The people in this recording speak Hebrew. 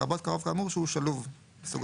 לרבות קרוב כאמור שהוא שלוב (חורג);